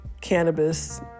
cannabis